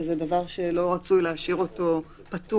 וזה דבר שלא רצוי להשאיר פתוח.